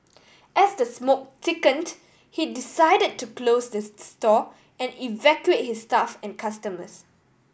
as the smoke thickened he decided to close the store and evacuate his staff and customers